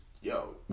Yo